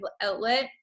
outlet